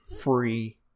Free